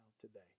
today